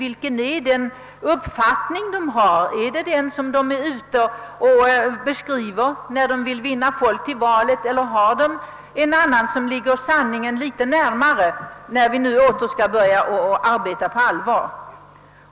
Har de den uppfattning, som de ger uttryck för när de är ute för att värva väljare, eller den uppfattning som de redovisar när vi åter skall börja arbeta på allvar?